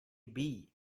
bee